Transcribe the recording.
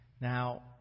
Now